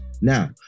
Now